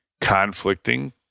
conflicting